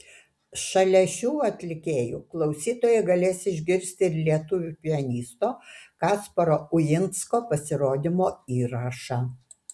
šalia šių atlikėjų klausytojai galės išgirsti ir lietuvių pianisto kasparo uinsko pasirodymo įrašą